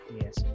yes